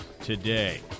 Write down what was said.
today